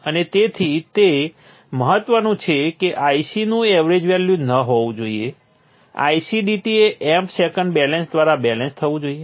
અને તેથી તે મહત્વનું છે કે IC નું એવરેજ વેલ્યુ ન હોવું જોઈએ IC dt ને એમ્પ સેકન્ડ બેલેન્સ દ્વારા બેલેન્સ થવું જોઈએ